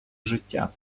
життя